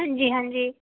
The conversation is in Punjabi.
ਹਾਂਜੀ ਹਾਂਜੀ